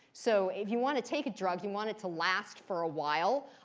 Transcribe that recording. so if you want to take a drug, you want it to last for a while.